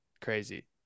crazy